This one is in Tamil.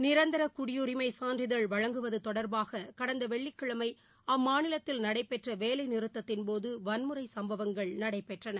நிரந்தரகுடியுரிமைசான்றிதழ் வழங்குவதுதொடர்பாககடந்தவெள்ளிக்கிழமைஅம்மாநிலத்தில் நடைபெற்றவேலைநிறுத்தத்தின்போதுவன்முறைசம்பவங்கள் நடைபெற்றன